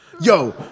Yo